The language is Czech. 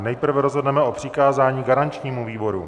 Nejprve rozhodneme o přikázání garančnímu výboru.